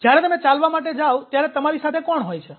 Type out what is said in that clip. જ્યારે તમે ચાલવા માટે જાવ ત્યારે તમારી સાથે કોણ હોય છે